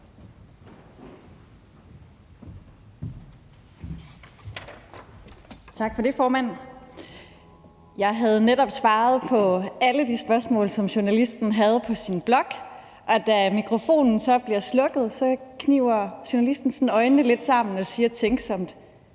Tak for det, formand. Jeg havde netop svaret på alle de spørgsmål, som journalisten havde på sin blok, og da mikrofonen så blev slukket, kniber journalisten øjnene lidt sammen og siger tænksomt: